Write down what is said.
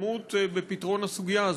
התקדמות בפתרון הסוגיה הזאת?